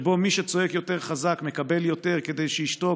כשמי שצועק יותר חזק מקבל יותר כדי שישתוק,